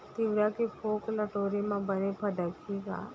तिंवरा के फोंक ल टोरे म बने फदकही का?